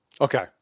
Okay